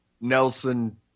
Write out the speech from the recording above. Nelson